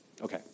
Okay